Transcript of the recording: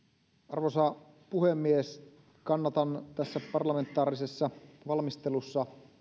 arvoisa puhemies kannatan tässä parlamentaarisessa valmistelussa